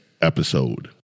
episode